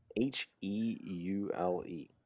H-E-U-L-E